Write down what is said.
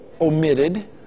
omitted